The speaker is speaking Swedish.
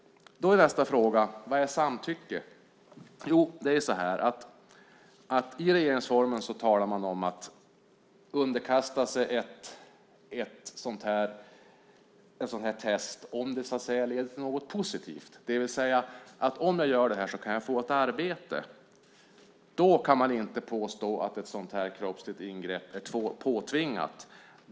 Nästa fråga är: Vad är samtycke? I regeringsformen talas det om att underkasta sig ett sådant här test om det leder till något positivt, det vill säga att om jag gör det här kan jag få ett arbete. Då kan man inte påstå att ett sådant här kroppsligt ingrepp är påtvingat.